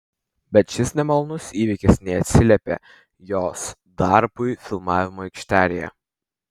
bet šis nemalonus įvykis neatsiliepė jos darbui filmavimo aikštelėje